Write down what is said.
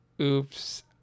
oops